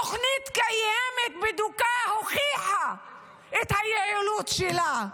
תוכנית קיימת, בדוקה, הוכיחה את היעילות שלה.